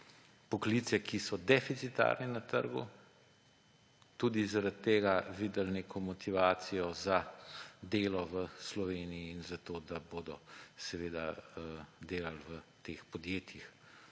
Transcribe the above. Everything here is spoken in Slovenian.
poklice, ki so deficitarni na trgu, tudi zaradi tega videli neko motivacijo za delo v Sloveniji in za to, da bodo delali v teh podjetjih.